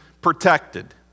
protected